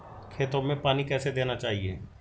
खेतों में पानी कैसे देना चाहिए?